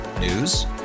News